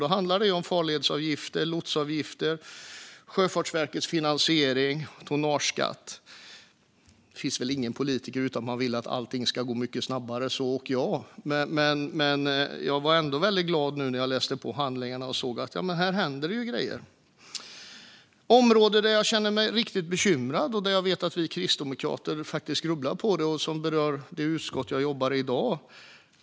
Det handlar om farledsavgifter, lotsavgifter, Sjöfartsverkets finansiering och tonnageskatt. Alla politiker vill väl att allting ska gå mycket snabbare - så också jag. Men jag blev väldigt glad när jag läste handlingarna och såg att det händer grejer. Det finns ett område där jag känner mig riktigt bekymrad. Jag vet att vi kristdemokrater grubblar på detta, och det berör det utskott där jag jobbar i dag.